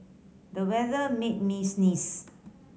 the weather made me sneeze